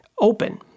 open